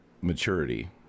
maturity